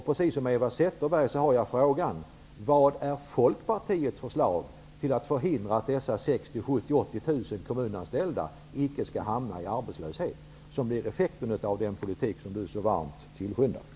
Precis som Eva Zetterberg, undrar jag vilka förslag som Folkpartiet har när det gäller att förhindra att dessa 60 000--70 000 kommunanställda hamnar i arbetslöshet. Det är nämligen effekten av den politik som Olle Schmidt så varmt förordar.